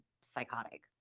psychotic